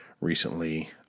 recently